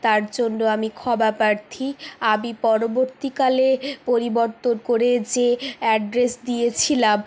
তার জন্য আমি ক্ষমাপ্রার্থী আমি পরবর্তীকালে পরিবর্তন করে যে অ্যাড্রেস দিয়েছিলাম